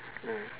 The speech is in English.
mm